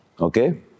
okay